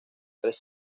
tres